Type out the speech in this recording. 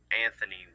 Anthony